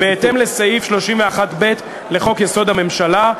בהתאם לסעיף 31(ב) לחוק-יסוד: הממשלה,